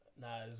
Nah